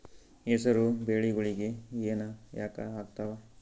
ಹೆಸರು ಬೆಳಿಗೋಳಿಗಿ ಹೆನ ಯಾಕ ಆಗ್ತಾವ?